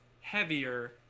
heavier